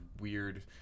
weird